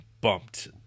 Bumped